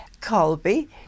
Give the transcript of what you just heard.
Colby